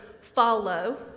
follow